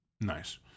Nice